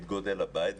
את גודל הבית,